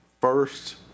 First